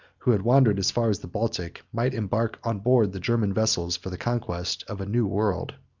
who had wandered as far as the baltic, might embark on board the german vessels, for the conquest of a new world.